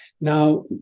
Now